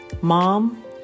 Mom